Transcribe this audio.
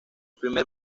primer